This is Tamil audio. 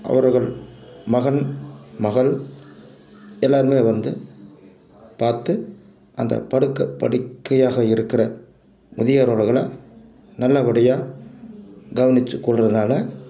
அவர்கள் மகன் மகள் எல்லாருமே வந்து பார்த்து அந்த படுக்கை படுக்கையாக இருக்கிற முதியோர்களை நல்ல படியாக கவனிச்சி கொள்கிறதுனால